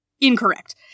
incorrect